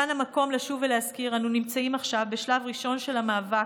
כאן המקום לשוב ולהזכיר: אנו נמצאים עכשיו בשלב הראשון של המאבק,